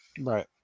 Right